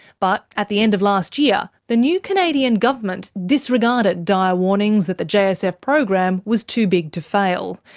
but at the end of last year, the new canadian government disregarded dire warnings that the jsf program was too big to fail.